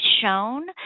shown